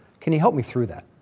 can you help me through that?